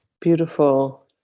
beautiful